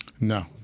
No